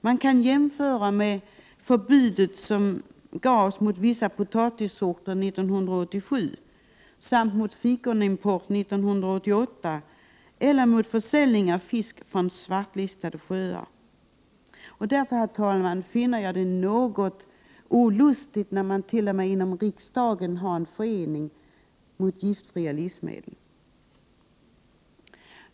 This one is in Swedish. Man kan jämföra med förbudet mot vissa potatissorter 1987 samt mot fikonimport 1988 och mot försäljning av fisk från svartlistade sjöar. Därför, herr talman, finner jag det något olustigt när man t.o.m. inom riksdagen har en förening för giftfria livsmedel.